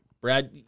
Brad